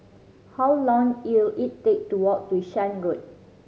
how long ill it take to walk to Shan Road